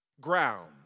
ground